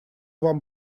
вам